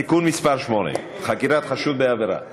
(תיקון מס' 8) (חקירת חשוד בעבירת ביטחון).